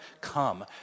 come